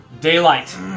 daylight